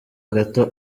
gato